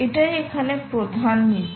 এটাই এখানে প্রধান নীতি